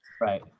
Right